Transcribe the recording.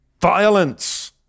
violence